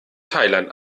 thailand